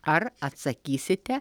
ar atsakysite